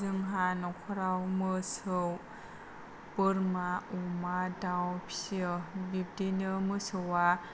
जोंहा न'खराव मोसौ बोरमा अमा दाउ फिसियो बिदिनो मोसौवा